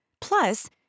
Plus